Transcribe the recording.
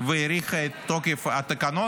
והאריכה את תוקף התקנות,